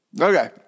okay